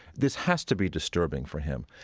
this has to be disturbing for him.